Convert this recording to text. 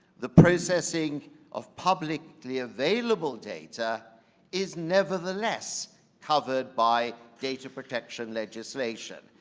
the processing of publicly available data is nevertheless covered by data protection legislation.